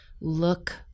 look